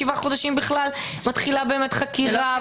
שבעה חודשים שמתחילה חקירה,